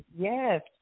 Yes